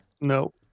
No